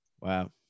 wow